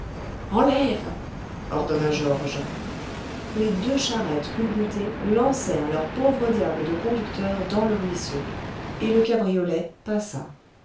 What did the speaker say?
enlève ordonna georges les deux charrettes culbutées lancèrent leurs pauvres diables de conducteurs dans le ruisseau et le cabriolet passa